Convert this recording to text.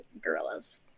gorillas